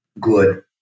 good